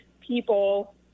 people